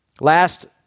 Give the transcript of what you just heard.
Last